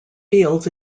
fields